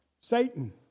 Satan